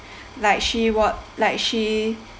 like she was like she